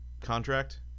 contract